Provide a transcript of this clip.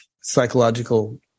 psychological